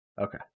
Okay